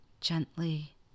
gently